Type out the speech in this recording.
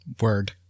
Word